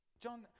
John